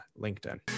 LinkedIn